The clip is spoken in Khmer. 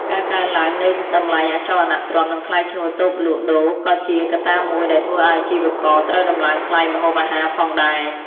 ការកើនឡើងនៃតម្លៃអចលនទ្រព្យនិងថ្លៃឈ្នួលតូបលក់ដូរក៏ជាកត្តាមួយដែលធ្វើឱ្យអាជីវករត្រូវដំឡើងថ្លៃម្ហូបអាហារផងដែរ។